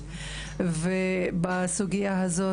ובמיוחד עבירות